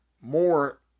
more